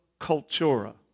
cultura